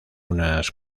unas